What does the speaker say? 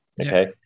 Okay